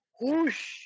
whoosh